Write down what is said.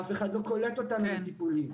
אף אחד לא קולט אותנו לטיפולים.